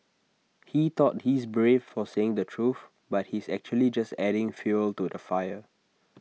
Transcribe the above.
he thought he is brave for saying the truth but he is actually just adding fuel to the fire